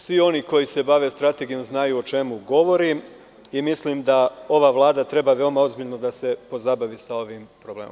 Svi oni koje se bave strategijom znaju o čemu govorim i mislim da ova Vlada treba veoma ozbiljno da se pozabavi sa ovim problemom.